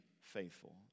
faithful